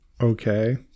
Okay